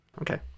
Okay